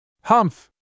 humph